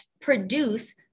produce